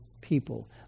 people